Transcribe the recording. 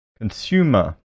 Consumer